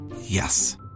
Yes